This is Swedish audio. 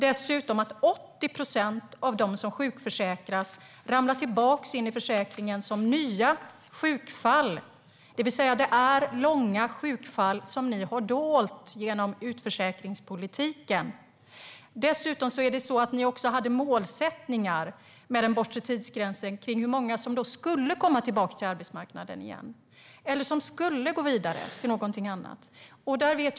Dessutom ramlar 80 procent av dem som sjukförsäkras tillbaka in i försäkringen som nya sjukfall. Det är långa sjukfall som ni har dolt genom utförsäkringspolitiken. Ni hade målsättningen med den bortre tidsgränsen i fråga om hur många som skulle komma tillbaka till arbetsmarknaden igen eller som skulle gå vidare till något annat.